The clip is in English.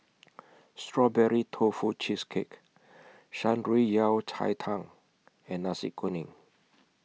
Strawberry Tofu Cheesecake Shan Rui Yao Cai Tang and Nasi Kuning